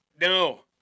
No